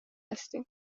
هستیم